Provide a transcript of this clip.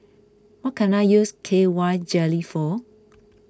what can I use K Y jelly for